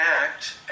act